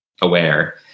aware